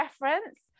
reference